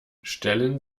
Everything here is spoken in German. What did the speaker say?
stellen